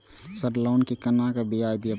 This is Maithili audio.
सर लोन के केना ब्याज दीये परतें?